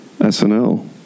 snl